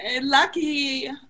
Lucky